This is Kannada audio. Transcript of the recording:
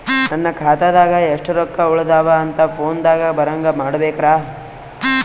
ನನ್ನ ಖಾತಾದಾಗ ಎಷ್ಟ ರೊಕ್ಕ ಉಳದಾವ ಅಂತ ಫೋನ ದಾಗ ಬರಂಗ ಮಾಡ ಬೇಕ್ರಾ?